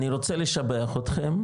אני רוצה לשבח אותכם,